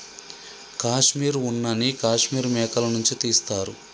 కాశ్మీర్ ఉన్న నీ కాశ్మీర్ మేకల నుంచి తీస్తారు